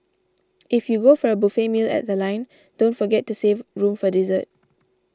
if you go for a buffet meal at The Line don't forget to save room for dessert